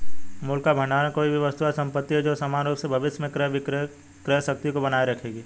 मूल्य का भंडार कोई भी वस्तु या संपत्ति है जो सामान्य रूप से भविष्य में क्रय शक्ति को बनाए रखेगी